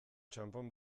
txanpon